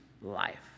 life